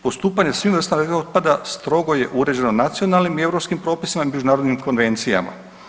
Postupanje sa svim vrstama radioaktivni otpada strogo je uređeno nacionalnim i europskim propisima i međunarodnim konvencijama.